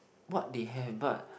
what they have but